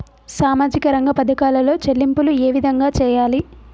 సామాజిక రంగ పథకాలలో చెల్లింపులు ఏ విధంగా చేయాలి?